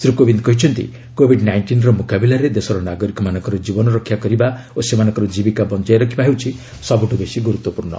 ଶ୍ରୀ କୋବିନ୍ଦ କହିଛନ୍ତି କୋଭିଡ୍ ନାଇଷ୍ଟିନ୍ର ମୁକାବିଲାରେ ଦେଶର ନାଗରିକମାନଙ୍କର ଜୀବନରକ୍ଷା କରିବା ଓ ସେମାନଙ୍କର ଜୀବିକା ବଞ୍ଚାଇ ରଖିବା ହେଉଛି ସବୁଠୁ ବେଶି ଗୁରୁତ୍ୱପୂର୍ଣ୍ଣ